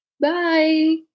Bye